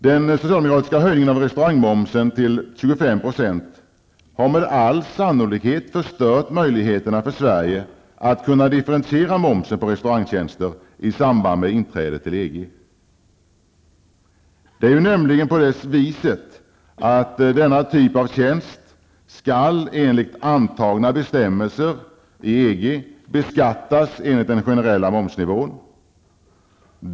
Den socialdemokratiska höjningen av restaurangmomsen till 25 % har med all sannolikhet förstört möjligheterna för Sverige att differentiera momsen på restaurangtjänster i samband med inträdet i EG. Det är ju nämligen på det viset att denna typ av tjänst enligt antagna bestämmelser i EG skall beskattas enligt den generella momsnivån.